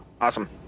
Awesome